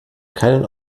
keinen